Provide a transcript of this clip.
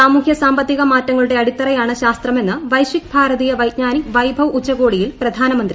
സാമൂഹ്യ സാമ്പിത്തിക മാറ്റങ്ങളുടെ അടിത്തറയാണ് ശ്യാസ്ത്രമെന്ന് വൈശ്വിക് ഭാരതീയ വൈജ്ഞാനിക് വൈഭവ് ഉച്ചുകോടിയിൽ പ്രധാനമന്ത്രി